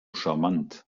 charmant